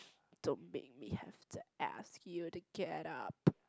don't make me have to ask you to get up